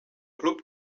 club